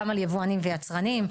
גם על יבואנים ויצרנים,